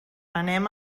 anem